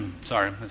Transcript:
Sorry